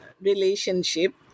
relationship